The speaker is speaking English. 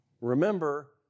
Remember